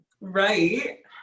Right